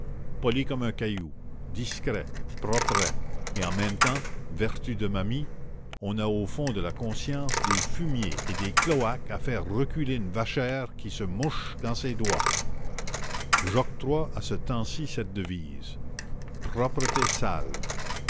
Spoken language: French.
poli comme un caillou discret propret et en même temps vertu de ma mie on a au fond de la conscience des fumiers et des cloaques à faire reculer une vachère qui se mouche dans ses doigts j'octroie à ce temps-ci cette devise propreté sale